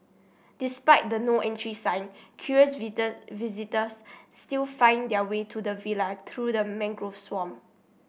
despite the No Entry sign curious visitor visitors still find their way to the villa through the mangrove swamp